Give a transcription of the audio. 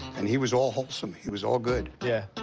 and he was all wholesome. he was all good. yeah.